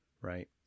right